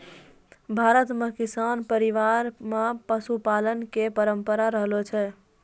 भारत मॅ किसान परिवार मॅ पशुपालन के परंपरा रहलो छै